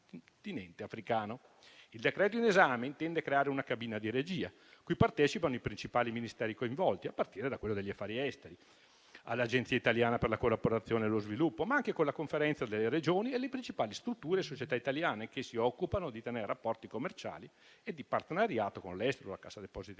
Il decreto in esame intende creare una cabina di regia cui partecipano i principali Ministeri coinvolti, a partire da quello degli affari esteri, l'Agenzia italiana per la collaborazione e lo sviluppo, ma anche la Conferenza delle Regioni e le principali strutture e società italiane che si occupano di tenere rapporti commerciali e di partenariato con l'estero (la Cassa depositi e